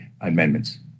amendments